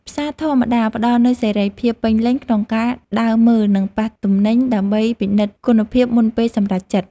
ផ្សារធម្មតាផ្តល់នូវសេរីភាពពេញលេញក្នុងការដើរមើលនិងប៉ះទំនិញដើម្បីពិនិត្យគុណភាពមុនពេលសម្រេចចិត្ត។